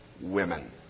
women